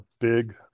big